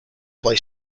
play